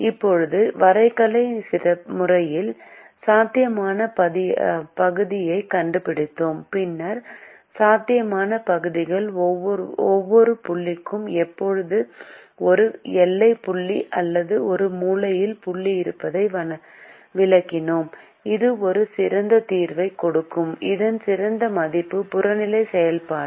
இப்போது வரைகலை முறையில் சாத்தியமான பகுதியைக் கண்டுபிடித்தோம் பின்னர் சாத்தியமான பகுதிக்குள் ஒவ்வொரு புள்ளிக்கும் எப்போதும் ஒரு எல்லை புள்ளி அல்லது ஒரு மூலையில் புள்ளி இருப்பதை விளக்கினோம் இது ஒரு சிறந்த தீர்வைக் கொடுக்கும் இதன் சிறந்த மதிப்பு புறநிலை செயல்பாடு